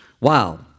Wow